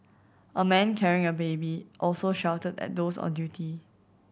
a man carrying a baby also shouted at those on duty